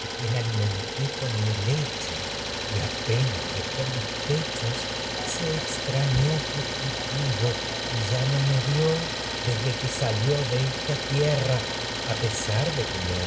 a quien menté con ali mi leche y apenas dejó mis pechos se extrañó fugitivo y ya no me vió desde que a salió de esta tierra pesar de que me